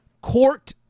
court